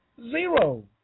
Zero